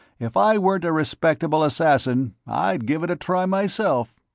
if i weren't a respectable assassin, i'd give it a try, myself.